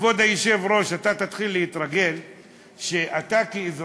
כבוד היושב-ראש, אתה תתחיל להתרגל שאתה כאזרח,